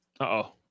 uh-oh